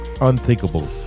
unthinkable